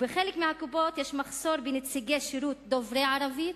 בחלק מקופות-החולים יש מחסור בנציגי שירות דוברי ערבית.